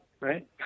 right